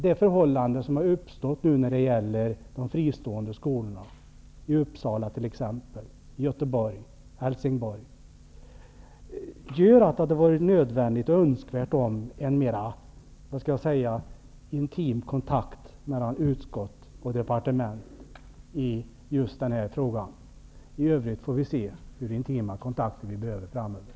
De förhållanden som har uppstått i fråga om de fristående skolorna, t.ex. i Uppsala, Göteborg och Helsingborg, gör att det hade varit nödvändigt och önskvärt med en mera intim kontakt mellan utskott och departement. I övrigt får vi se hur intima kontakter vi behöver framöver.